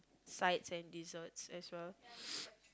sides and desserts as well